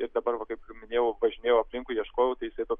ir dabar va kaip minėjau važinėjau aplinkui ieškojau tai jisai toks